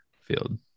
field